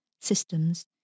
systems